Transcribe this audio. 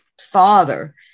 father